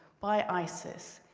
by isis,